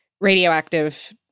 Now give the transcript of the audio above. radioactive